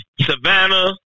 Savannah